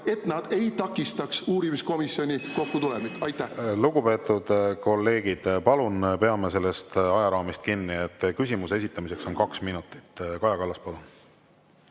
et nad ei takistaks uurimiskomisjoni kokku tulemist. (Helistab kella.) Lugupeetud kolleegid! Palun peame sellest ajaraamist kinni, et küsimuse esitamiseks on kaks minutit. Kaja Kallas, palun!